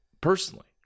personally